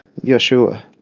Yeshua